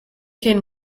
can